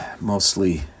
mostly